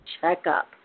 checkup